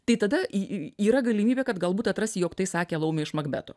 tai tada yra galimybė kad galbūt atrasi jog tai sakė laumė iš makbeto